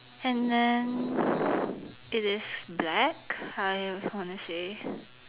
and then it is black I just wanna say